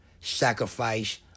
sacrifice